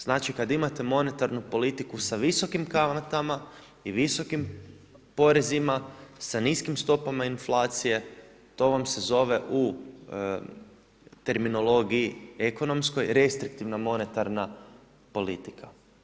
Znači kada imate monetarnu politiku sa visokim kamatama i visokim porezima sa niskim stopama inflacije to vam se zove u terminologiji ekonomskoj, restriktivna monetarna politika.